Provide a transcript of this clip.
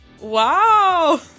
Wow